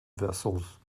vessels